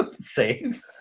safe